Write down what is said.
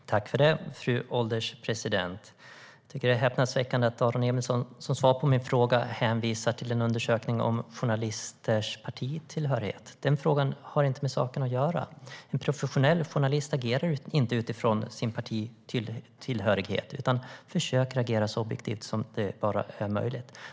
STYLEREF Kantrubrik \* MERGEFORMAT Radio och tv i allmänhetens tjänstFru ålderspresident! Jag tycker att det är häpnadsväckande att Aron Emilsson som svar på min fråga hänvisar till en undersökning om journalisters partitillhörighet. Den frågan har inte med saken att göra. En professionell journalist agerar ju inte utifrån sin partitillhörighet utan försöker agera så objektivt som det bara är möjligt.